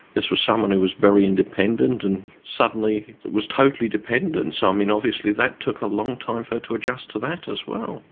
this was someone who was very independent and suddenly was totally dependent, and so um and obviously that took a long time for her to adjust to that as well.